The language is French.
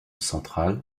centrale